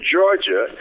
Georgia